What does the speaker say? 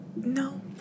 No